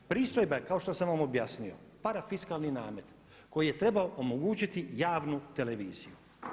Pristojba, kao što sam vam objasnio, parafiskalni namet koji je trebao omogućiti javnu televiziju.